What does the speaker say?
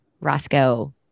Roscoe